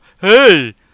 hey